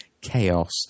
chaos